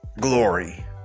glory